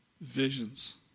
visions